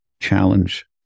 challenge